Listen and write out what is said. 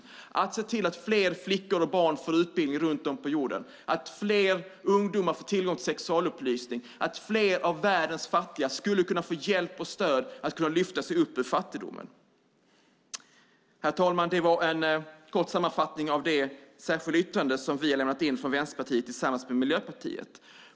Det handlar om att se till att fler flickor och barn får utbildning runt om på jorden, att fler ungdomar får tillgång till sexualupplysning och att fler av världens fattiga får hjälp och stöd att lyfta sig upp ur fattigdomen. Herr talman! Det var en kort sammanfattning av det särskilda yttrande som vi från Vänsterpartiet har lämnat in tillsammans med Miljöpartiet.